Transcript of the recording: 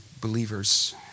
believers